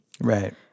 Right